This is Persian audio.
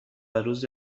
روزی